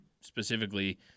specifically